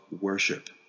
worship